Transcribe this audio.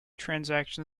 transaction